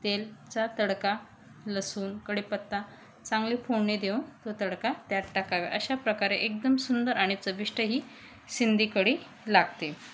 तेलचा तडका लसूण कढीपत्ता चांगली फोडणी देऊन तो तडका त्यात टाकाव्या अशा प्रकारे एकदम सुंदर आणि चविष्ट ही सिंधी कढी लागते